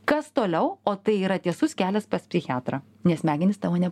kas toliau o tai yra tiesus kelias pas psichiatrą nes smegenys tavo ne